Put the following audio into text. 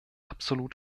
absolut